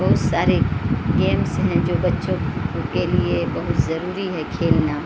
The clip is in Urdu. بہت سارے گیمز ہیں جو بچوں کے لیے بہت ضروری ہے کھیلنا